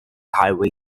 highway